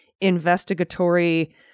investigatory